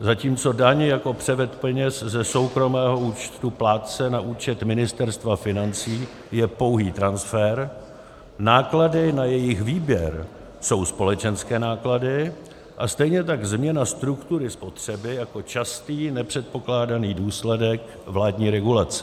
Zatímco daň jako převod peněz ze soukromého účtu plátce na účet Ministerstva financí je pouhý transfer, náklady na jejich výběr jsou společenské náklady a stejně tak změna struktury spotřeby jako častý nepředpokládaný důsledek vládní regulace.